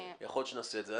יכול להיות שנעשה את זה.